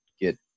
get